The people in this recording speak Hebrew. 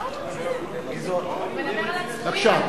הוא מדבר על הצבועים, הצבועים.